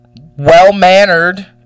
well-mannered